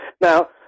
Now